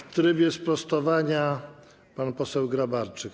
W trybie sprostowania, pan poseł Grabarczyk.